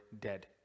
dead